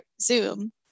Zoom